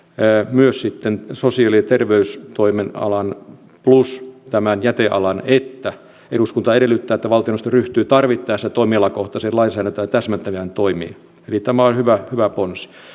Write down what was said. myös sosiaali ja terveystoimen alan plus tämän jätealan ja sen että eduskunta edellyttää että valtioneuvosto ryhtyy tarvittaessa toimialakohtaisiin lainsäädäntöä täsmentäviin toimiin eli tämä on hyvä hyvä ponsi